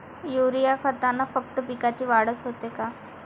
Urea खतानं फक्त पिकाची वाढच होते का?